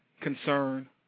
concern